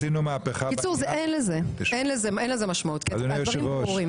בקיצור אין לזה, אין לזה משמעות, הדברים ברורים.